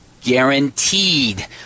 Guaranteed